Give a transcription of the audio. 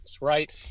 right